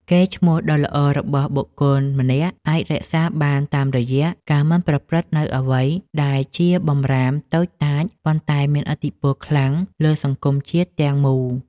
កេរ្តិ៍ឈ្មោះដ៏ល្អរបស់បុគ្គលម្នាក់អាចរក្សាបានតាមរយៈការមិនប្រព្រឹត្តនូវអ្វីដែលជាបម្រាមតូចតាចប៉ុន្តែមានឥទ្ធិពលខ្លាំងលើសង្គមជាតិទាំងមូល។